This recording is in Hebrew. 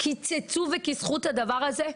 קיצצו וכיסחו את הדבר הזה?